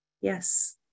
yes